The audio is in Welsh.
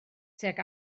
tuag